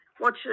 watch